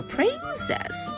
Princess 。